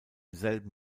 selben